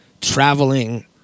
traveling